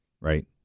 right